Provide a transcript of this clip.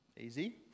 easy